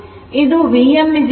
ಇದು Vm 100 sin ω t ಆಗಿದೆ